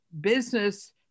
business